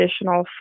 additional